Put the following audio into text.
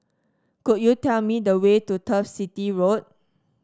could you tell me the way to Turf City Road